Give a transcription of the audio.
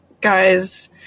guys